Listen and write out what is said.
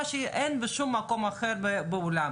מה שאין בשום מקום אחר בעולם.